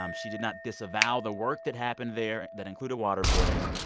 um she did not disavow the work that happened there that included waterboarding.